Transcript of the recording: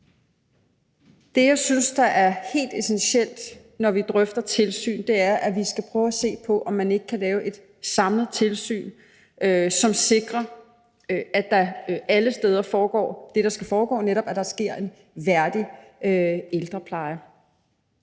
Det, jeg synes er helt essentielt, når vi drøfter tilsyn, er, at vi skal prøve at se på, om man ikke kan lave et samlet tilsyn, som sikrer, at der alle steder foregår det, der skal foregå, netop at der sker en værdig ældrepleje.